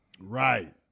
Right